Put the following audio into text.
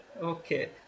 Okay